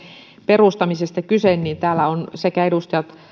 perustamisesta kyse täällä ovat sekä edustaja